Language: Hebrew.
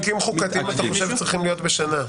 כמה תיקים חוקתיים אתה חושב צריכים להיות בשנה?